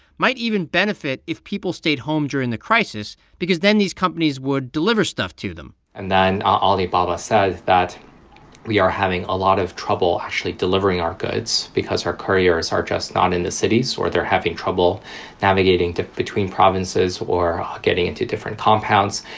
might even benefit if people stayed home during the crisis because then these companies would deliver stuff to them and then alibaba says that we are having a lot of trouble actually delivering our goods because our couriers are just not in the cities, or they're having trouble navigating between provinces or getting into different compounds.